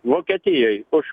vokietijoj už